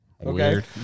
weird